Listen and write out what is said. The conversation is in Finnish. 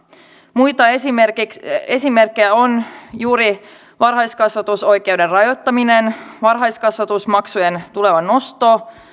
muita esimerkkejä ovat juuri varhaiskasvatusoikeuden rajoittaminen varhaiskasvatusmaksujen tuleva nosto